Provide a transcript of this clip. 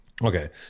okay